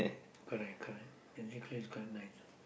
correct correct busy correct it's quite nice